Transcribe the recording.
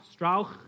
Strauch